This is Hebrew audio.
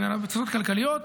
אלא בתפיסות כלכליות.